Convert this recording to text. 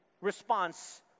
response